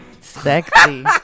sexy